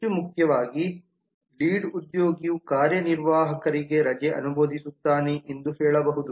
ಹೆಚ್ಚು ಮುಖ್ಯವಾಗಿ ಲೀಡ್ ಉದ್ಯೋಗಿಯು ಕಾರ್ಯನಿರ್ವಾಹಕರಿಗೆ ರಜೆ ಅನುಮೋದಿಸುತ್ತಾನೆ ಎಂದು ಹೇಳಬಹುದು